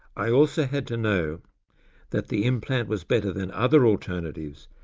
i also had to know that the implant was better than other alternatives,